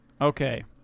Okay